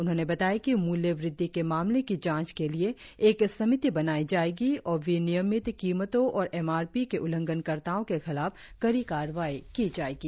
उन्होंने बताया कि मूल्य वृद्धि के मामले की जांच के लिए एक समिति बनाई जाएगी और विनियमित कीमतों और एम आर पी के उल्लंघन कर्ताओं के खिलाफ कड़ी कार्रवाई की जाएगी